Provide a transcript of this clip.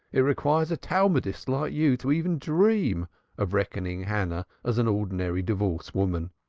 it requires a talmudist like you to even dream of reckoning hannah as an ordinary divorced woman.